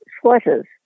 sweaters